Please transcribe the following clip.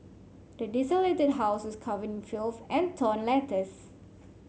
the desolated house was covered in filth and torn letters